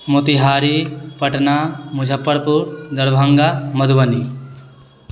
Motihari Patna Muzaffarpur Darbhanga Madhubani